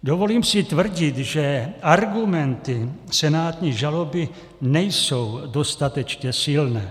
Dovolím si tvrdit, že argumenty senátní žaloby nejsou dostatečně silné.